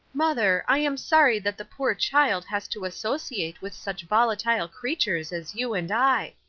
mother, i am sorry that the poor child has to associate with such volatile creatures as you and i.